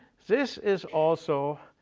this is also